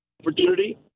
opportunity